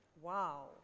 Wow